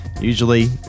Usually